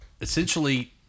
essentially